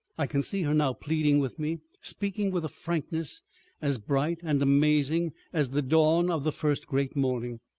i can see her now pleading with me, speaking with a frankness as bright and amazing as the dawn of the first great morning.